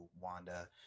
Wanda